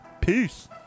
Peace